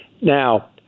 Now